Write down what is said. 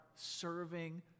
serving